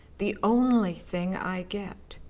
the only thing i get.